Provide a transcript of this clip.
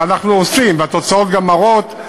ואנחנו עושים, והתוצאות גם מראות.